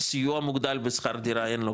סיוע בשכר דירה מוגדל אין לו,